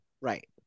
Right